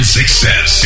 success